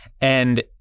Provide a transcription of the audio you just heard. And-